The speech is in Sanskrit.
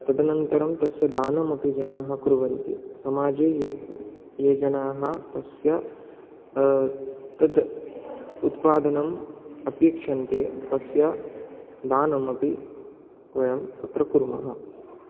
तदनन्तरं तस्य दानमपि जनाः कुर्वन्ति समाजे ये ये जनाः तस्य तद् उत्पादनम् अपेक्षन्ते तस्य दानमपि वयं तत्र कुर्मः